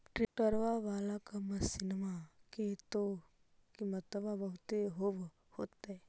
ट्रैक्टरबा बाला मसिन्मा के तो किमत्बा बहुते होब होतै?